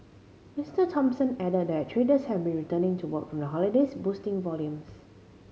Mister Thompson added that traders have been returning to work from the holidays boosting volumes